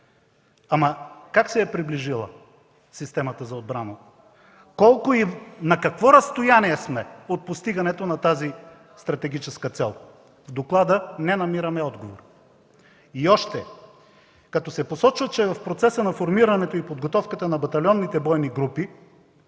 Ама, как се е приближила системата за отбрана, колко и на какво разстояние сме от постигането на тази стратегическа цел? В доклада не намираме отговор. И още – като се посочва, че в процеса на формирането и подготовката на батальонните бойни групи